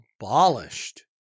abolished